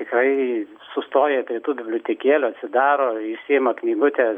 tikrai sustoja prie tų bibliotekėlių atsidaro išsiima knygutę